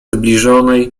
zbliżonej